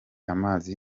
amazi